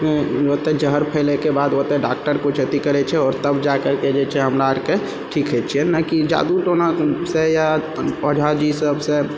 ओतऽ जहर फैलयके बाद ओतऽ डॉक्टर किछु अथी करय छै आओर तब जा करके जे छै हमरा आरके ठीक होइ छै ने कि जादू टोनासँ या ओझा जी सबसँ